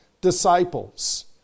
Disciples